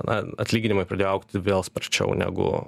na atlyginimai pradėjo augti vėl sparčiau negu